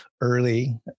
early